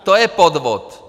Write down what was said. To je podvod!